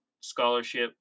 scholarship